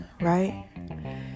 right